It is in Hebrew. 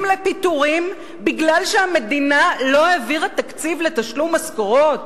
לפיטורין מכיוון שהמדינה לא העבירה תקציב לתשלום משכורות?